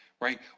right